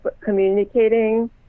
communicating